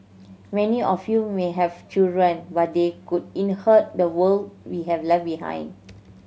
many of you may have children but they could inherit the world we have left behind